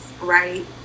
right